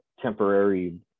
temporary